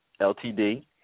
Ltd